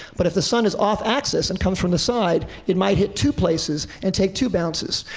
but if the sun is off axis and comes from the side, it might hit two places and take two bounces.